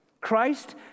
Christ